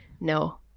No